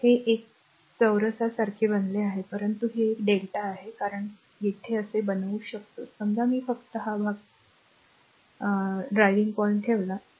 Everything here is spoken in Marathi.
हे एका चौरसासारखे बनवले आहे परंतु हे एक Δ आहे कारण येथे असे बनवू शकतो समजा मी फक्त हा भाग चालवला आहे